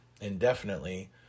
indefinitely